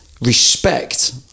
respect